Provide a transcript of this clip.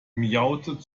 miaute